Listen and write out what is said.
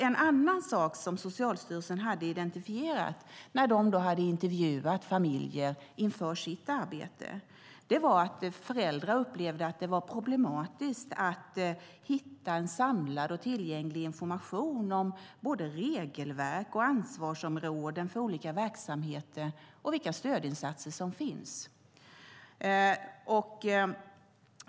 En annan sak som Socialstyrelsen hade identifierat när de hade intervjuat familjer inför sitt arbete var att föräldrar upplevde att det var problematiskt att hitta en samlad och tillgänglig information om både regelverk och ansvarsområden för olika verksamheter och vilka stödinsatser som finns.